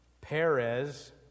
Perez